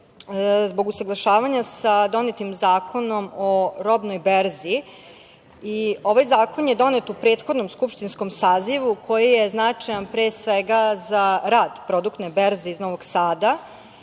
zbog usaglašavanja sa donetim Zakonom o robnoj berzi. Ovaj zakon je donet u prethodnom skupštinskom sazivu koji je značajan pre svega za rad Produktne berze iz Novog sada